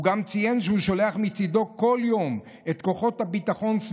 הוא גם ציין שהוא שולח מצידו כל יום את כוחות הביטחון להיות